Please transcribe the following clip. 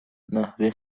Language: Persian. نحوه